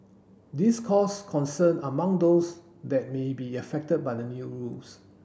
this caused concern among those that may be affected by the new rules